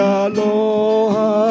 aloha